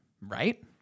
right